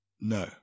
No